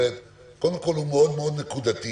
קודם כל, הוא מאוד מאוד נקודתי